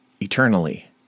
eternally